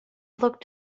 looked